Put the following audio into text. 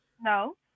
No